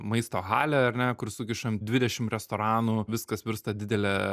maisto halė ar ne kur sukišam dvidešimt restoranų viskas virsta didele